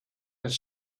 his